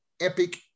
epic